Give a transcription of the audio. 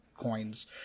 coins